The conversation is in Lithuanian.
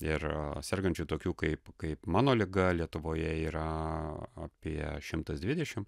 ir sergančių tokių kaip kaip mano liga lietuvoje yra apie šimtas dvidešim